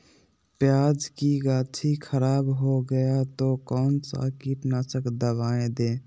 प्याज की गाछी खराब हो गया तो कौन सा कीटनाशक दवाएं दे?